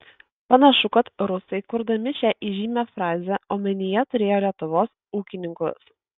panašu kad rusai kurdami šią įžymią frazę omenyje turėjo lietuvos ūkininkus